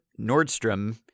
Nordstrom